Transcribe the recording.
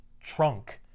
trunk